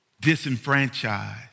disenfranchised